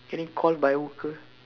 can you call by worker